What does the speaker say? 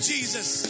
Jesus